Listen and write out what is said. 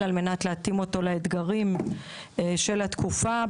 על מנת להתאים אותו לאתגרים של התקופה.